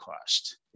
cost